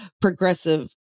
progressive